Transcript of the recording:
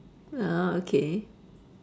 ah okay